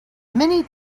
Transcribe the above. many